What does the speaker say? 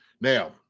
Now